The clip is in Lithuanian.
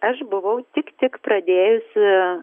aš buvau tik tik pradėjusi